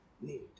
need